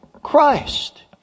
Christ